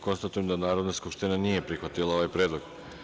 Konstatujem da Narodna skupština nije prihvatila ovaj predlog.